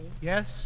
Yes